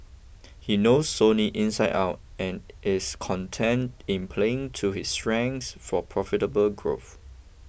he knows Sony inside out and is content in playing to his strengths for profitable growth